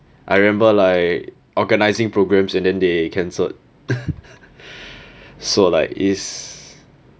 I remember like organising programmes and then they cancelled so like is